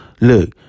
look